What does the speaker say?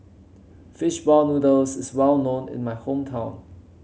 fish ball noodles is well known in my hometown